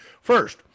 first